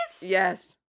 Yes